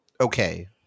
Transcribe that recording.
okay